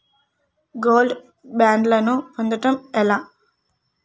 Gold బ్యాండ్లను పొందటం ఎలా?